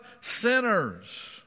sinners